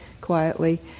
quietly